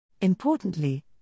Importantly